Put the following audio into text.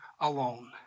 alone